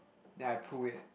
then I pull it